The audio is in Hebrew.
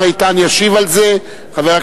איתן כבל,